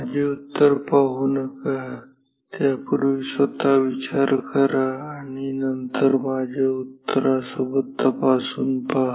माझे उत्तर पाहू नका त्यापूर्वी स्वत विचार करा नंतर माझे उत्तर बरोबर तपासून पहा